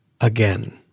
Again